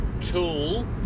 tool